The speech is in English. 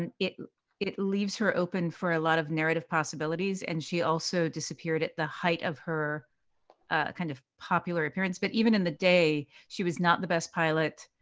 and it it it leaves her open for a lot of narrative possibilities. and she also disappeared at the height of her ah kind of popular appearance. but even in the day, she was not the best pilot.